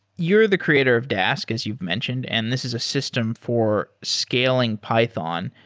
you're the creator of dask, as you've mentioned, and this is a system for scaling python.